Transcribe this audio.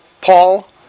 Paul